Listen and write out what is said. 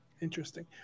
Interesting